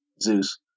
Zeus